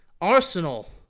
Arsenal